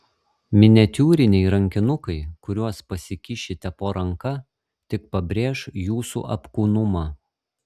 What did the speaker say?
miniatiūriniai rankinukai kuriuos pasikišite po ranka tik pabrėš jūsų apkūnumą